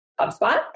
HubSpot